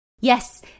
Yes